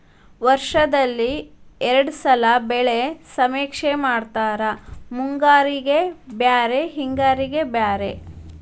ವರ್ಷದಲ್ಲಿ ಎರ್ಡ್ ಸಲಾ ಬೆಳೆ ಸಮೇಕ್ಷೆ ಮಾಡತಾರ ಮುಂಗಾರಿಗೆ ಬ್ಯಾರೆ ಹಿಂಗಾರಿಗೆ ಬ್ಯಾರೆ